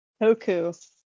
Hoku